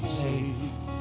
safe